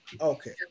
Okay